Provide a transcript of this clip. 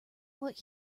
what